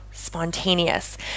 spontaneous